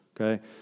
okay